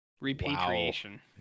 Repatriation